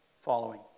following